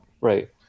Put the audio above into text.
Right